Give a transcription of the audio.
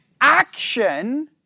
action